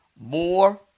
More